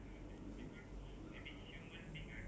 encourage people to use their phone